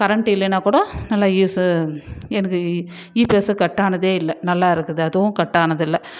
current இல்லைனா கூட நல்ல யூஸு எனக்கு இபிஎஸ்ஸு கட்டானதே இல்லை நல்லா இருக்குது அதுவும் கட்டானதில்லை